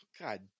God